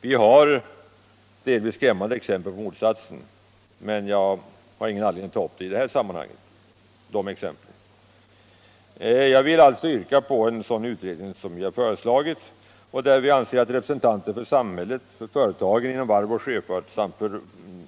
Vi har sett vissa skrämmande exempel på motsatsen, men jag har ingen anledning att ta upp dessa exempel i det här sammanhanget. Jag vill alltså förorda den utredning som vi har föreslagit och där vi anser att representanter för samhället, företagen inom varvsoch sjöfartsnäringen samt